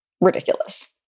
Ridiculous